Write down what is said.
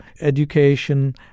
education